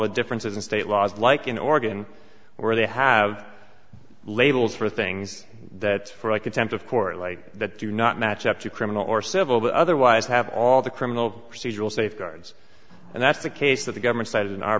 the differences in state laws like in oregon where they have labels for things that for a contempt of court like that do not match up to criminal or civil but otherwise have all the criminal procedural safeguards and that's the case that the government cited in our